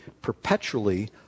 perpetually